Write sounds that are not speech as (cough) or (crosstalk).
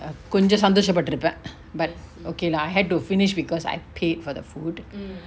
ah கொஞ்சோ சந்தோஷ பட்டிருப்ப:konjo santhosa pattirupa (noise) but okay lah I had to finish because I paid for the food